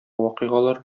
вакыйгалар